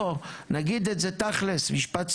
נגיד את זה תכלס משפט סיום,